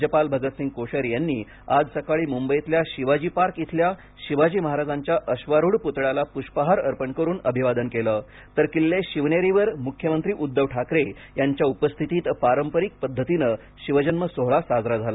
राज्यपाल भगतसिंग कोश्यारी यांनी आज सकाळी मुंबईतल्या शिवाजी पार्क इथल्या शिवाजी महाराजांच्या अश्वारूढ पुतळ्याला पुष्पहार अर्पण करून अभिवादन केलं तर किल्ले शिवनेरीवर मुख्यमंत्री उद्धव ठाकरे यांच्या उपस्थितीत पारंपारिक पद्धतीनं शिवजन्म सोहळा साजरा झाला